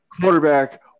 quarterback